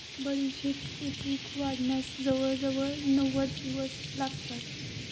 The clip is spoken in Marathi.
बडीशेपेचे पीक वाढण्यास जवळजवळ नव्वद दिवस लागतात